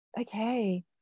okay